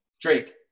Drake